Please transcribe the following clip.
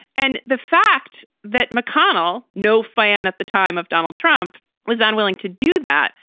and the fact that mcconnell, no fan at the time of donald trump was unwilling to do that,